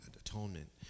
atonement